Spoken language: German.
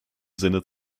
sinne